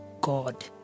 God